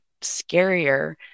scarier